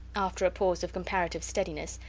after a pause of comparative steadiness,